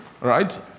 Right